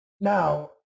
now